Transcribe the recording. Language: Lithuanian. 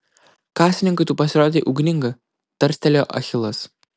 kasininkui tu pasirodei ugninga tarstelėjo achilas